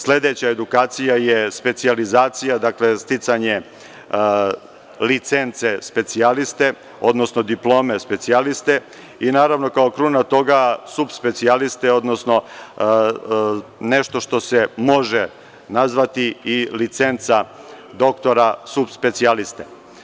Sledeća edukacija je specijalizacija, dakle sticanje licence specijaliste, odnosno diplome specijaliste i naravno kao kruna toga subspecijaliste, odnosno nešto što se može nazvati i licenca doktora subspecijaliste.